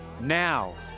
now